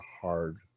hard